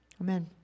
Amen